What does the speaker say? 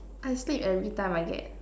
I sleep every time I get